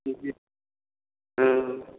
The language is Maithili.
जी हँ